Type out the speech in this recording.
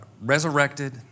resurrected